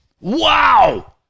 Wow